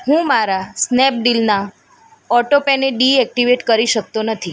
હું મારા સ્નૅપડીલના ઑટોપે ને ડીઍક્ટિવેટ કરી શકતો નથી